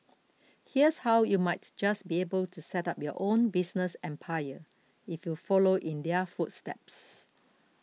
here's how you might just be able to set up your own business empire if you follow in their footsteps